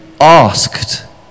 asked